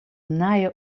nije